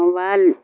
mobile